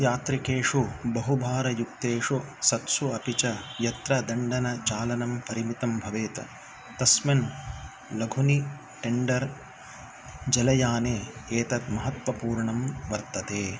यात्रिकेषु बहुभारयुक्तेषु सत्सु अपि च यत्र दण्डनचालनं परिमितं भवेत् तस्मिन् लघुनि टेण्डर् जलयाने एतद् महत्त्वपूर्णं वर्तते